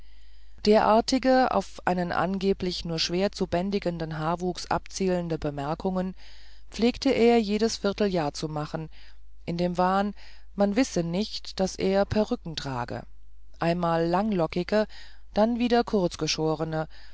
derartige auf einen angeblich nur schwer zu bändigenden haarwuchs abzielende bemerkungen pflegte er jedes vierteljahr zu machen in dem wahn man wisse nicht daß er perücken trage einmal langlockige dann wieder